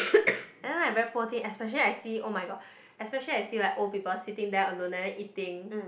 and then like very poor thing especially I see oh-my-god especially I see like old people sitting there alone and then eating